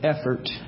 Effort